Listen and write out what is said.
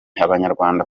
abanyarwanda